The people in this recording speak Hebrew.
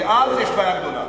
כי אז יש בעיה גדולה.